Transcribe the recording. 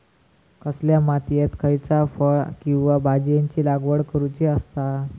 कसल्या मातीयेत खयच्या फळ किंवा भाजीयेंची लागवड करुची असता?